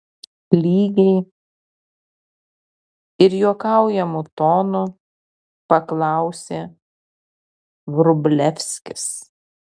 lyg ir juokaujamu tonu paklausė vrublevskis